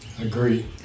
Agree